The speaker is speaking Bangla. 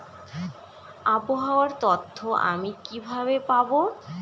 আবহাওয়ার তথ্য আমি কিভাবে পাবো?